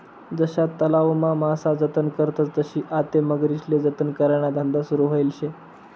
जशा तलावमा मासा जतन करतस तशी आते मगरीस्ले जतन कराना धंदा सुरू व्हयेल शे